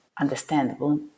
Understandable